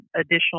additional